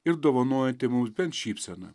ir dovanojanti mums bent šypseną